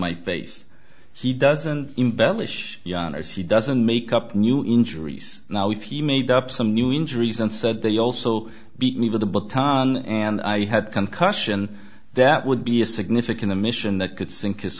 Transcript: my face he doesn't embellish as he doesn't make up new injuries now if he made up some new injuries and said they also beat me with a baton and i had concussion that would be a significant a mission that could sink